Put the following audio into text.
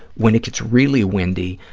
when it gets really windy,